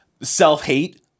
self-hate